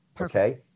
okay